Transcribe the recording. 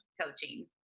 coaching